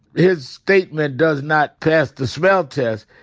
his statement does not pass the smell test,